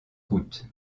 route